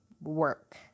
work